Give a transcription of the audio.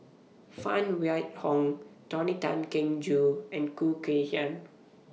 Phan Wait Hong Tony Tan Keng Joo and Khoo Kay Hian